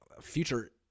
future